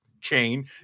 chain